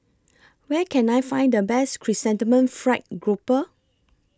Where Can I Find The Best Chrysanthemum Fried Grouper